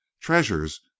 treasures